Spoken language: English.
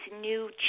new